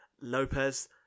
Lopez